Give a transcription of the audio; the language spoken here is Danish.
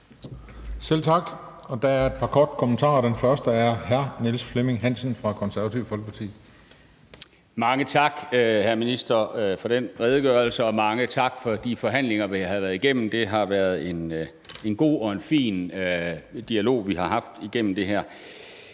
Selv tak. Der er et par korte kommentarer. Den første er fra hr. Niels Flemming Hansen fra Konservative Folkeparti. Kl. 14:46 Niels Flemming Hansen (KF): Mange tak, hr. minister, for den redegørelse, og mange tak for de forhandlinger, vi har været igennem. Det har været en god og en fin dialog, vi har haft igennem det her.